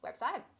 website